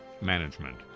management